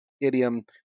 idiom